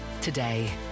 today